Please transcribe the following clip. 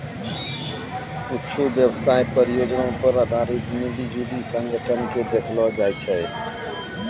कुच्छु व्यवसाय परियोजना पर आधारित मिली जुली संगठन के देखैलो जाय छै